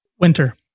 Winter